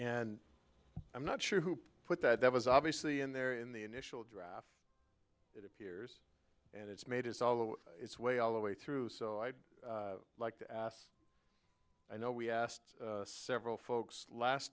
and i'm not sure who put that was obviously in there in the initial draft it appears and it's made us all its way all the way through so i'd like to ask i know we asked several folks last